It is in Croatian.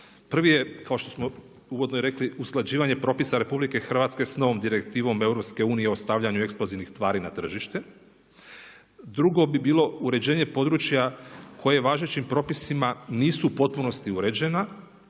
Prvi je kao što smo uvodno i rekli usklađivanje propisa RH s novom direktivom EU o stavljanju eksplozivnih tvari na tržište. Drugo bi bilo uređenje područja koje važećim propisima nisu u potpunosti uređena